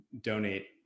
donate